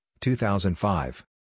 2005